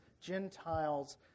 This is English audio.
Gentiles